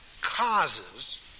causes